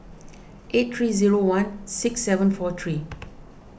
eight three zero one six seven four three